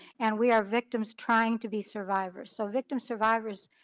and we are victims trying to be survivors. so victims survivors,